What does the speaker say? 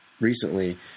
Recently